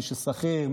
מי ששכיר,